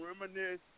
reminisce